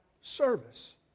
service